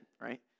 right